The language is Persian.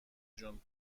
جون